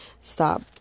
Stop